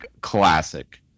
classic